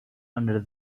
under